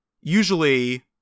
usually